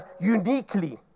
uniquely